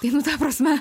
tai nu ta prasme